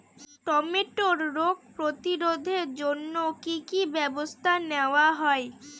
টমেটোর রোগ প্রতিরোধে জন্য কি কী ব্যবস্থা নেওয়া হয়?